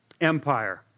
Empire